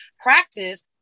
practice